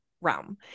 realm